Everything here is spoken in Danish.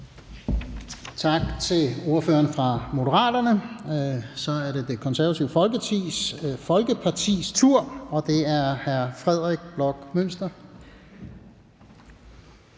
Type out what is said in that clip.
Tak til ordføreren fra Moderaterne. Så er det Det Konservative Folkepartis tur, og det er hr. Frederik Bloch Münster.